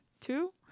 Two